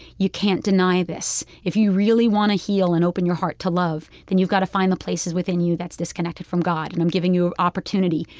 you can't deny this. if you really want to heal and open your heart to love, then you've got to find the places within you that's disconnected from god. and i'm giving you an opportunity.